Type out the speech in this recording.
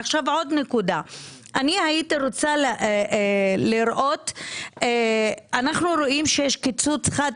אנו רואים שיש קיצוץ חד,